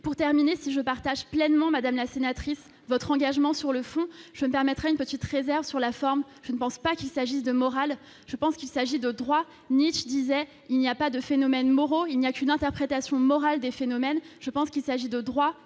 pour terminer si je partage pleinement, Madame la sénatrice, votre engagement sur le fond je me permettre une petite réserve sur la forme, je ne pense pas qu'il s'agisse de morale, je pense qu'il s'agit d'autres droits Nietzsche disait il n'y a pas de phénomène moraux, il n'y a qu'une interprétation morale des phénomènes, je pense qu'il s'agit de droit